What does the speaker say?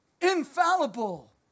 Infallible